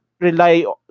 rely